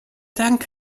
dank